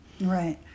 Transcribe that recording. Right